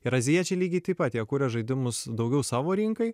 ir azijiečiai lygiai taip pat jie kuria žaidimus daugiau savo rinkai